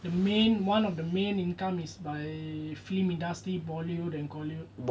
the main one of the main income is by film industry bollywood and collywood like